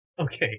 okay